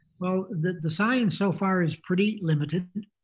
well the the science so far is pretty limited.